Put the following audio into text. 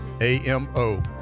AMO